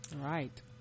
Right